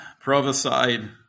prophesied